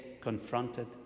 confronted